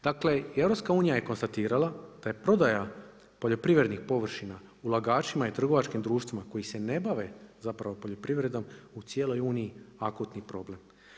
Dakle, EU je konstatirala, da je prodaja poljoprivrednih površine ulagačima i trgovačkim društvima koji se ne bave poljoprivredom u cijeloj Uniji akutni problem.